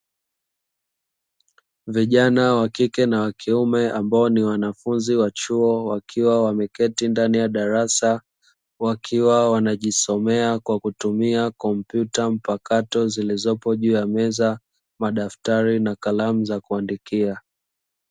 Vijana wa kike na wa kiume ambao ni wanafunzi wa chuo wakiwa wameketi ndani ya darasa, wakiwa wanajisomea kwa kutumia kompyuta mpakato zilizopo juu ya meza, madaftari na kalamu za kuandikia.